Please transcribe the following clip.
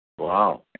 Wow